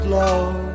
love